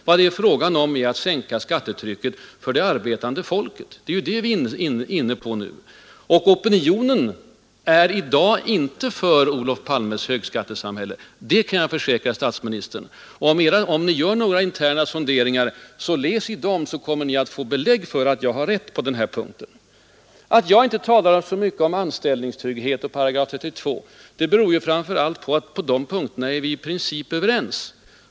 Vad det är fråga om är att sänka skattetrycket för det arbetande folket. Det är detta som vi kräver. Och opinionen är i dag inte för Olof Palmes högskattesamhälle, det kan jag försäkra statsministern. Om ni fortsätter Edra interna sonderingar kommer ni att få belägg för att jag har rätt på den här punkten. Att jag inte talar så mycket om anställningstrygghet och § 32 beror framför allt på att på de punkterna är vi i princip överens.